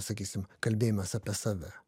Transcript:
sakysim kalbėjimas apie save